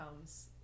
comes